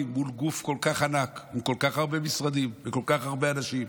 מול גוף כל כך ענק וכל כך הרבה משרדים וכל כך הרבה אנשים,